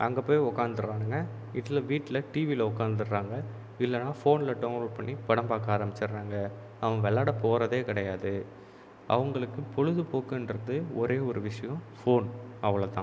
அங்கே போய் உக்காந்துருவானுங்க இதில் வீட்டில் டிவியில் உக்காந்துறாங்க இல்லைனா ஃபோனில் டவுன்லோட் பண்ணி படம் பார்க்க ஆரம்பிச்சிட்றாங்க அவன் விளாட போகிறதே கிடையாது அவுங்களுக்கு பொழுதுப்போக்குன்றது ஒரே ஒரு விஷயம் ஃபோன் அவ்வளோ தான்